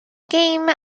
game